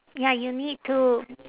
ya you need to